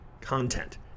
content